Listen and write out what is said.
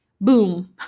Boom